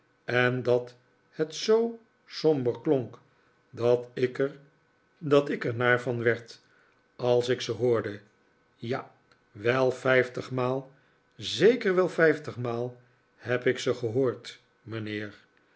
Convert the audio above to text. en dat het zoo somber klonk dat ik er naar van werd als ik ze hoorde ja wel vijftig maal zeker wel vijftig maal heb ik ze gehoord mijnheer